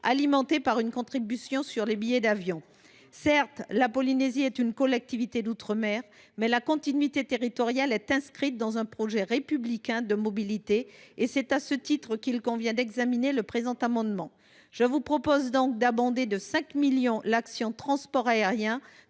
alimenté par une contribution sur les billets d’avion. La Polynésie est certes une collectivité d’outre mer, mais la continuité territoriale est inscrite dans un projet républicain de mobilité et c’est à ce titre qu’il convient d’examiner le présent amendement. Je vous propose donc d’abonder de 5 millions d’euros l’action